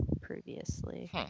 previously